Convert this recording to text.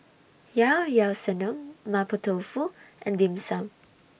Ilao Ilao Sanum Mapo Tofu and Dim Sum